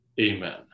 Amen